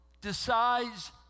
decides